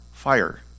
Fire